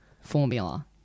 formula